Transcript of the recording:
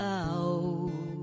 out